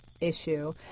issue